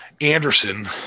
Anderson